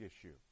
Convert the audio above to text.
issue